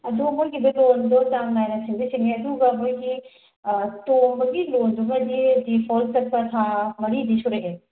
ꯑꯗꯣ ꯃꯣꯏꯒꯤꯗꯤ ꯂꯣꯟꯗꯣ ꯆꯥꯡ ꯅꯥꯏꯅ ꯁꯤꯡꯗꯤ ꯁꯤꯡꯉꯦ ꯑꯗꯨꯒ ꯃꯣꯏꯒꯤ ꯇꯣꯝꯕꯒꯤ ꯂꯣꯟꯗꯨꯃꯗꯤ ꯗꯤꯐꯣꯜ ꯆꯠꯄ ꯊꯥ ꯃꯔꯤꯗꯤ ꯁꯨꯔꯛꯑꯦ